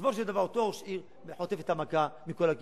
בסופו של דבר אותו ראש עיר חוטף את המכה מכל הכיוונים.